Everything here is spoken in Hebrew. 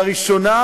לראשונה,